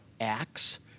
Acts